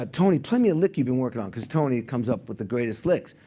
ah tony, play me a lick you've been working on, because tony comes up with the greatest licks.